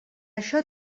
això